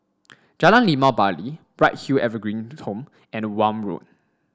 Jalan Limau Bali Bright Hill Evergreen Home and Welm Road